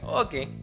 okay